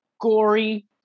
gory